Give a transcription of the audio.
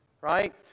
Right